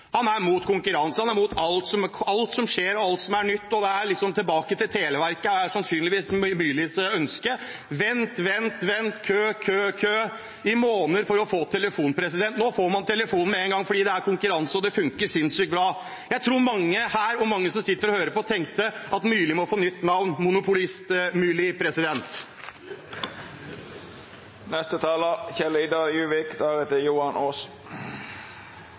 Han er mot konkurranse, mot alt som skjer, og alt som er nytt, og tilbake til Televerket er sannsynligvis Myrlis ønske – vent, vent, vent, kø, kø, kø i måneder for å få telefon. Nå får man telefon med en gang fordi det er konkurranse, og det funker sinnssykt bra. Jeg tror mange her og mange som sitter og hører på, tenker at Myrli må få nytt navn